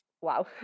Wow